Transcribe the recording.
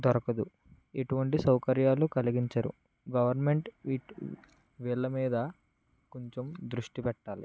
దొరకదు ఎటువంటి సౌకర్యాలు కలిగించరు గవర్నమెంట్ వీటి వీళ్ళ మీద కొంచెం దృష్టి పెట్టాలి